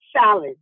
salad